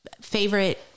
favorite